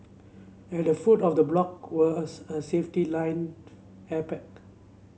at the foot of the block were a a safety line air pack